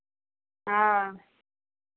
हँऽ